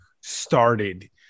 started